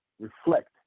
reflect